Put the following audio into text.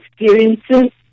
experiences